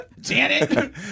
Janet